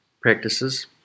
practices